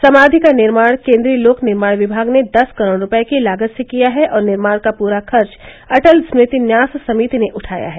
समाधि का निर्माण केन्द्रीय लोक निरमाण विमाग ने दस करोड़ रुपये की लागत से किया है और निर्माण का पूरा खर्च अटल स्मृति न्यास समिति ने उठाया है